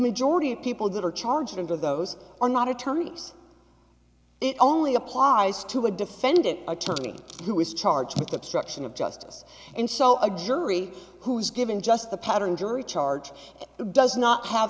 majority of people that are charged under those are not attorneys it only applies to a defendant attorney who is charged with obstruction of justice and so a jury who's given just the pattern jury charge does not have